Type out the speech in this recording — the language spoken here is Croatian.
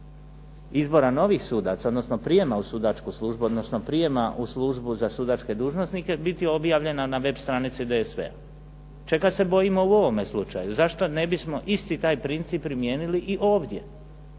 izbora novih sudaca odnosno prijema u sudačku službu, odnosno prijema u službu za sudačke dužnosnike biti objavljena na stranici DSV-a, čega se bojimo u ovome slučaju zašto ne bismo isti taj princip primijenili i ovdje.